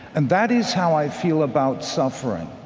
and that is how i feel about suffering.